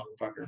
motherfucker